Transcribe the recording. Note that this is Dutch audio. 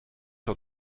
zal